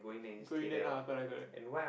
go in there ah correct correct